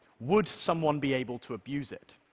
would someone be able to abuse it?